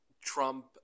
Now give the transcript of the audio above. Trump